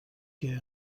què